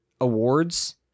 awards